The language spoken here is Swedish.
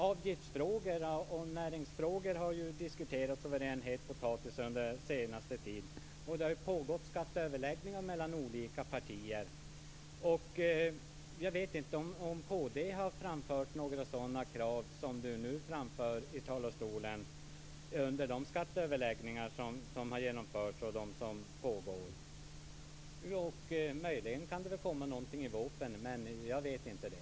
Avgiftsfrågor och näringsfrågor har ju diskuterats och varit en het potatis under den senaste tiden. Det har ju pågått skatteöverläggningar mellan olika partier. Jag vet inte om kd har framfört några sådana krav som Kenneth Lantz nu framför i talarstolen under de skatteöverläggningar som har genomförts och de som nu pågår. Det kan väl möjligen komma någonting i vårpropositionen, men jag vet inte det.